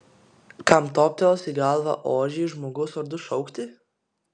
kam toptels į galvą ožį žmogaus vardu šaukti